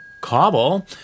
cobble